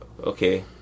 Okay